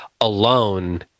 alone